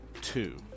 two